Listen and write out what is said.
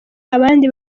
abandi